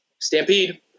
Stampede